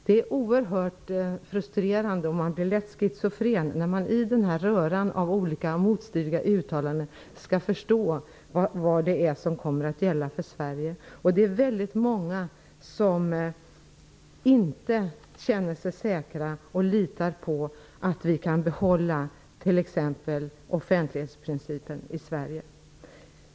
Det är oerhört frustrerande, och man blir lätt schizofren när man av denna röra av olika motstridiga uttalanden skall förstå vad som kommer att gälla för Sverige. Det är väldigt många som inte känner sig säkra och som inte litar på att vi kan behålla t.ex. offentlighetsprincipen i Sverige.